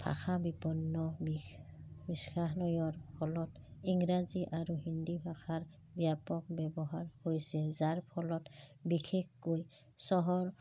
ভাষা বিপন্ন বিশ্বায়নৰ ফলত ইংৰাজী আৰু হিন্দী ভাষাৰ ব্যাপক ব্যৱহাৰ হৈছে যাৰ ফলত বিশেষকৈ চহৰ